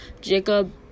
jacob